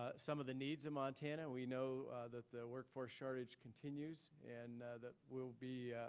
ah some of the needs of montana. we know that the workforce shortage continues. and that we'll be,